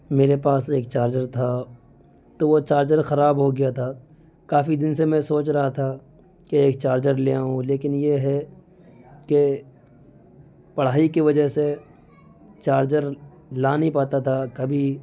میرے پاس ایک چارجر تھا تو وہ چارجر خراب ہوگیا تھا کافی دن سے میں سوچ رہا تھا کہ ایک چارجر لے آؤں لیکن یہ ہے کہ پڑھائی کے وجہ سے چارجر لا نہیں پاتا تھا کبھی